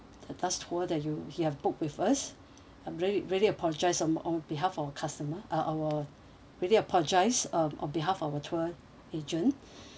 the last tour that you you have booked with us I'm really really apologize on on behalf of customer our really apologize uh on behalf of our tour agent